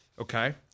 okay